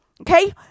okay